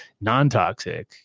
non-toxic